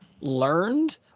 learned